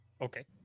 Okay